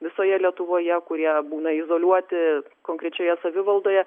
visoje lietuvoje kurie būna izoliuoti konkrečioje savivaldoje